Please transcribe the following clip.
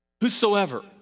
whosoever